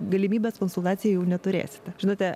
galimybės konsultacijai jau neturėsite žinote